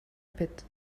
bit